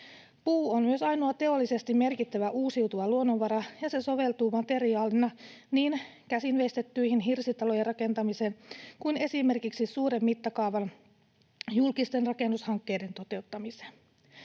Puu on myös ainoa teollisesti merkittävä uusiutuva luonnonvara, ja se soveltuu materiaalina niin käsinveistettyjen hirsitalojen rakentamiseen kuin esimerkiksi suuren mittakaavan julkisten rakennushankkeiden toteuttamiseen.